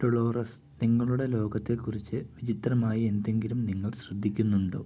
Dolores നിങ്ങളുടെ ലോകത്തെക്കുറിച്ച് വിചിത്രമായി എന്തെങ്കിലും നിങ്ങൾ ശ്രദ്ധിക്കുന്നുണ്ടോ